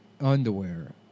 underwear